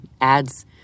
ads